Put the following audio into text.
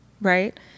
Right